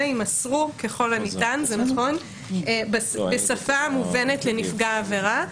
יימסרו ככל הניתן בשפה המובנת לנפגע העבירה".